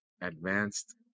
advanced